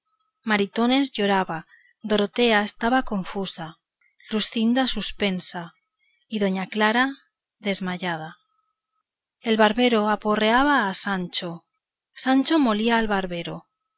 maritornes lloraba dorotea estaba confusa luscinda suspensa y doña clara desmayada el barbero aporreaba a sancho sancho molía al barbero